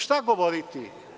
Šta govoriti?